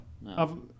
No